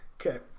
Okay